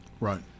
Right